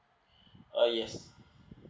uh yes